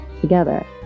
together